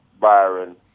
Byron